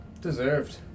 Deserved